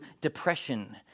depression